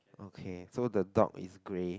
okay so the dog is grey